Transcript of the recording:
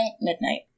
Midnight